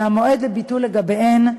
והמועד לביטול לגביהם,